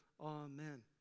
Amen